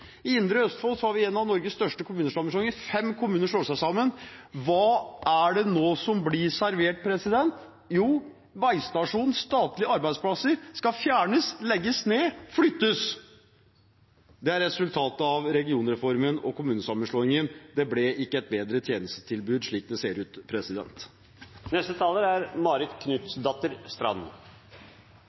I Indre Østfold har vi en av Norges største kommunesammenslåinger: Fem kommuner slår seg sammen. Hva er det nå som blir servert? Jo, veistasjonen – statlige arbeidsplasser – skal fjernes, legges ned, flyttes. Det er resultatet av regionreformen og kommunesammenslåingen – det ble ikke et bedre tjenestetilbud, slik det ser ut.